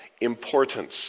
importance